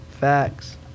Facts